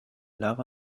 lara